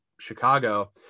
Chicago